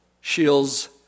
shields